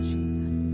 Jesus